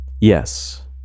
Yes